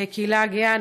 הקהילה הגאה.